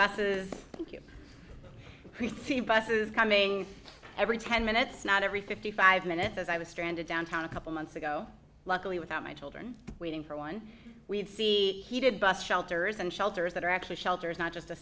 to thank you see buses coming every ten minutes not every fifty five minutes as i was stranded downtown a couple months ago luckily without my children waiting for one we'd see heated bus shelters and shelters that are actually shelters not just a